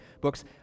books